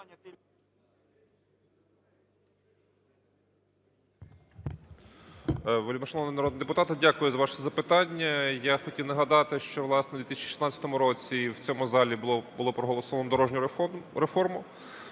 дякую за ваше запитання. Я хотів нагадати, що, власне, в 2016 році в цьому залі було проголосовано дорожню реформу,